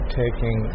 taking